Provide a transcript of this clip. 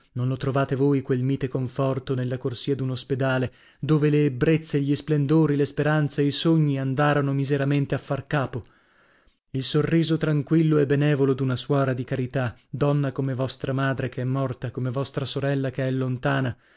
non lo trovate voi quel mite conforto nella corsia d'un ospedale dove le ebbrezze gli splendori le speranze i sogni andarono miseramente a far capo il sorriso tranquillo e benevolo d'una suora di carità donna come vostra madre che è morta come vostra sorella che è lontana